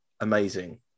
amazing